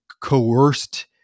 coerced